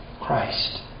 Christ